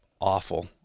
awful